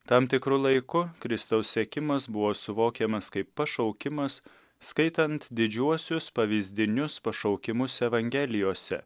tam tikru laiku kristaus sekimas buvo suvokiamas kaip pašaukimas skaitant didžiuosius pavyzdinius pašaukimus evangelijose